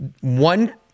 one